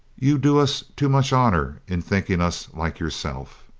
you do us too much honor in thinking us like yourself.